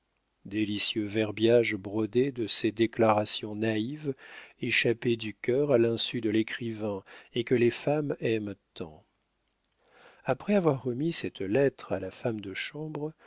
verbiage brodé de ces déclarations naïves échappées du cœur à l'insu de l'écrivain et que les femmes aiment tant après avoir remis cette lettre à la femme de chambre